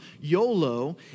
YOLO